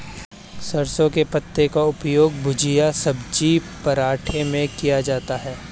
सरसों के पत्ते का उपयोग भुजिया सब्जी पराठे में किया जाता है